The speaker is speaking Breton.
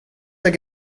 hag